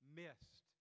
missed